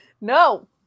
No